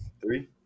Three